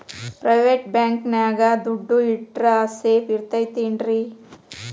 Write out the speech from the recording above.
Private bank ನ್ಯಾಗ್ ದುಡ್ಡ ಇಟ್ರ ಸೇಫ್ ಇರ್ತದೇನ್ರಿ?